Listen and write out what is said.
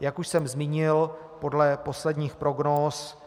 Jak už jsem zmínil, podle posledních prognóz